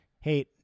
Hey